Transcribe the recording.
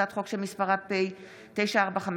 הצעת חוק שמספרה פ/945/24,